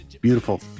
Beautiful